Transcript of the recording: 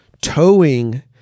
towing